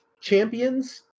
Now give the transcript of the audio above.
champions